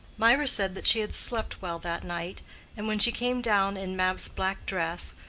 mirah said that she had slept well that night and when she came down in mab's black dress,